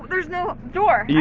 there's no door, yeah